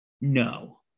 No